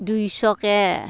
দুইশকৈ